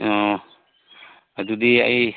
ꯑꯣ ꯑꯗꯨꯗꯤ ꯑꯩ